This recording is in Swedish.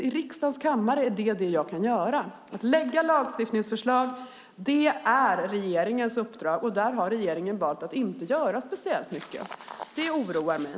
I riksdagens kammare är det detta jag kan göra. Det är regeringens uppdrag att lägga fram lagstiftningsförslag, men regeringen har valt att inte göra speciellt mycket. Det oroar mig.